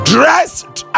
Dressed